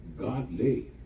godly